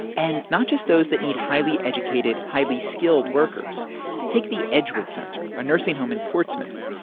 and not just those that need highly educated, highly skilled workers take the edgewood center, a nursing home in portsmouth.